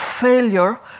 failure